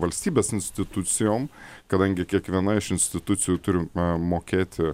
valstybės institucijom kadangi kiekviena iš institucijų turi mokėti